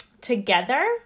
together